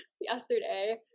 yesterday